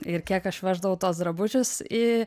ir kiek aš veždavau tuos drabužius į